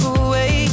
away